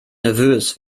nervös